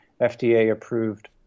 FDA-approved